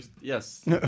Yes